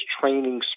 training